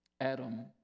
Adam